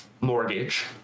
mortgage